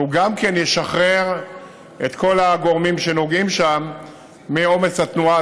וגם הוא ישחרר את כל הגורמים שנוגעים שם מעומס התנועה.